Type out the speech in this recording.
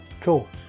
Cool